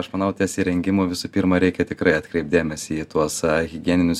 aš manau ties įrengimu visų pirma reikia tikrai atkreipt dėmesį į tuos higieninius